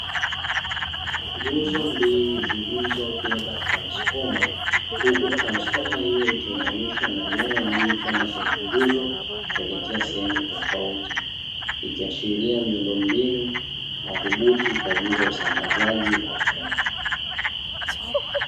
Nguzo mbili zilizobeba transfoma hku transfoma hyo ikiunganishwa na nyaya nyingi kwenda kwenye nguzo kuelekea sehemu tofauti. Ikiashiria miundombinu madhubuti kwa ajili ya usambazaji wa umeme.